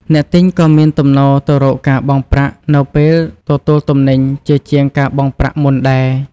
អ្នកទិញក៏មានទំនោរទៅរកការបង់ប្រាក់នៅពេលទទួលទំនិញជាជាងការបង់ប្រាក់មុនដែរ។